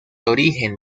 origen